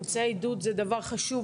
אמצעי עידוד זה דבר חשוב.